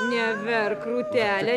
neverk rūtele